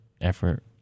effort